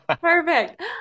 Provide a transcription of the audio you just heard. perfect